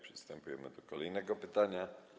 Przystępujemy do kolejnego pytania.